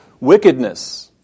wickedness